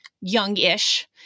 young-ish